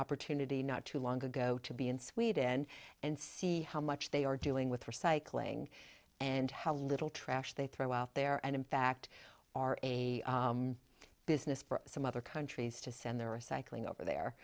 opportunity not too long ago to be in sweden and see how much they are doing with recycling and how little trash they throw out there and in fact are a business for some other countries to send their recycling over there